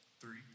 Three